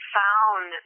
found